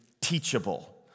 teachable